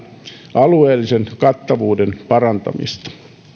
alueellisen kattavuuden parantamista